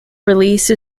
release